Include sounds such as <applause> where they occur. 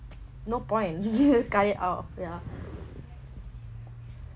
<noise> no point <laughs> just cut it out ya